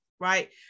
right